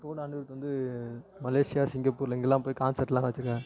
இப்போது கூட நடந்ததுக்கு வந்து மலேஷியா சிங்கப்பூர் இங்கேலாம் போய் கான்சப்ட்லாம் வச்சுருக்காங்க